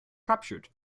captured